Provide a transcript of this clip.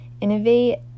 innovate